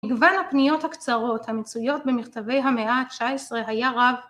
‫מגוון הפניות הקצרות המצויות ‫במכתבי המאה ה-19 היה רב...